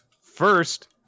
First